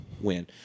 win